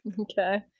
Okay